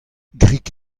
grik